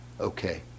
Okay